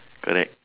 correct